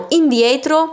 indietro